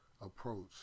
approach